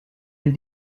elle